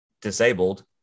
disabled